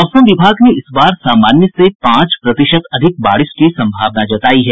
मौसम विभाग ने इस बार सामान्य से पांच प्रतिशत अधिक बारिश की सम्भावना जतायी है